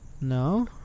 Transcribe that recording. No